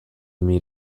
meet